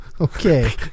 Okay